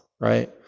right